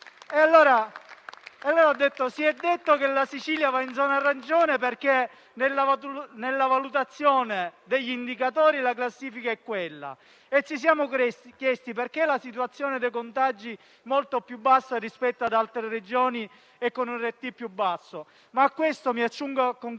si è detto che la Sicilia va in zona arancione, perché nella valutazione degli indicatori la classifica è quella, e ci siamo chiesti perché la situazione dei contagi è molto più bassa rispetto a quella di altre Regioni e anche l'indicatore RT è più basso. Mi accingo a